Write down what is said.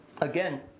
Again